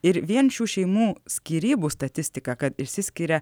ir vien šių šeimų skyrybų statistiką kad išsiskiria